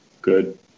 good